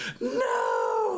no